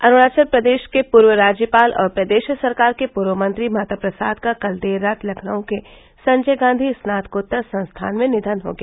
अरूणांचल प्रदेश के पूर्व राज्यपाल और प्रदेश सरकार के पूर्व मंत्री माता प्रसाद का कल देर रात लखनऊ के संजय गांधी स्नातकोत्तर संस्थान में निधन हो गया